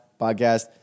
podcast